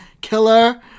killer